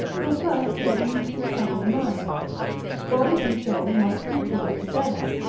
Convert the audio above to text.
till first he had eased his troubled mind body and soul must be cured together,